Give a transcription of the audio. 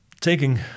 Taking